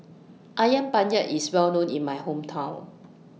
Ayam Penyet IS Well known in My Hometown